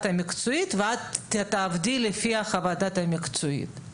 המקצועית ואת תעבדי לפי חוות הדעת המקצועית הזאת.